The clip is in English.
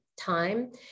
time